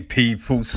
people